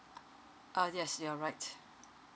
uh yes you are right